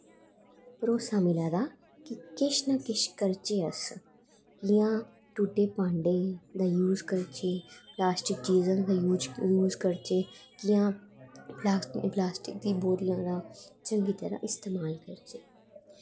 भरोसा मिला दा कि किश ना किश करचै अस जि'यां टुट्टे भांडे दा यूज करचै प्लास्टिक दी चीजें दा यूज करचै जां प्लास्टिक दी बोरियें दा चंगी तरहां इस्तेमाल करचै